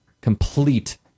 Complete